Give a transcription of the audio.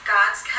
God's